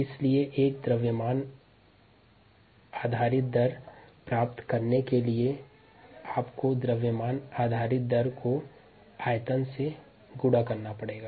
इसलिए द्रव्यमान आधारित दर को प्राप्त करने के लिए आपको द्रव्यमान आधारित दर को मात्रा से गुणा करना होगा